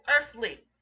earthly